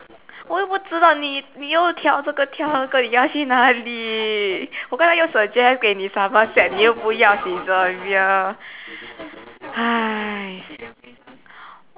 我又不知道你你又挑这个挑那个你要去哪里我刚才又 suggest 给你 somerset 你又不要 Saizeraya